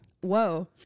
whoa